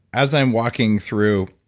as i'm walking through